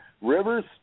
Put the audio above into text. Rivers